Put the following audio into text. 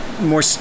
More